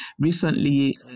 Recently